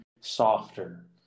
softer